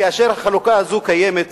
כאשר החלוקה הזו קיימת,